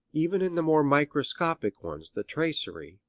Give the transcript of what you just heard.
even in the more microscopic ones the tracery,